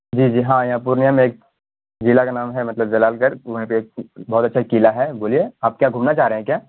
جی جی ہاں یہاں پورنیا میں ایک ضلع کا نام ہے مطلب جلال گڑھ وہیں پہ ایک بہت اچھا قلعہ ہے بولیے آپ کیا گھومنا چاہ رہے ہیں کیا